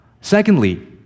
Secondly